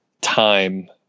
time